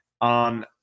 on